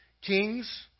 kings